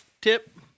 tip